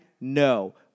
No